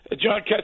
John